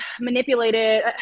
manipulated